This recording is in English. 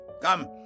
Come